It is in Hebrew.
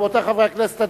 רבותי חברי הכנסת,